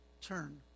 turn